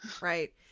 right